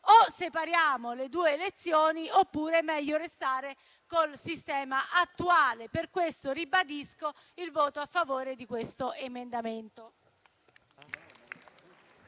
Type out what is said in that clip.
o separiamo le due elezioni oppure è meglio restare col sistema attuale. Per questo, ribadisco il voto a favore di questo emendamento.